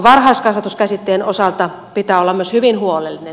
varhaiskasvatus käsitteen osalta pitää olla myös hyvin huolellinen